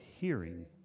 Hearing